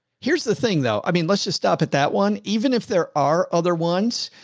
here's the thing though? i mean, let's just stop at that one. even if there are other ones,